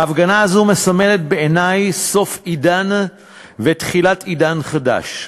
ההפגנה הזו מסמלת בעיני סוף עידן ותחילת עידן חדש,